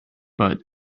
but